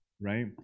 right